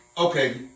Okay